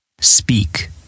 Speak